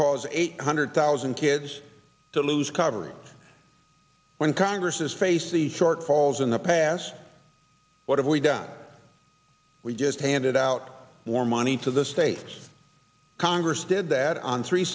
cause eight hundred thousand kids to lose coverage when congress has faced the shortfalls in the past what have we done we just handed out more money to the states congress did that on three